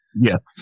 Yes